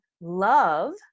love